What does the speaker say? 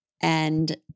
and-